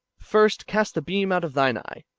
first cast the beam out of thine eye,